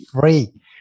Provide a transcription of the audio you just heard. free